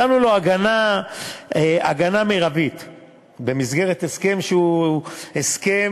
נתנו לו הגנה מרבית במסגרת הסכם שהוא הסכם